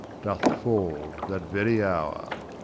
doth fall that very hour.